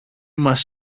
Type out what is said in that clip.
μας